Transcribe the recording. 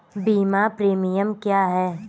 बीमा प्रीमियम क्या है?